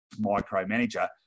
micromanager